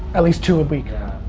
at least two a week?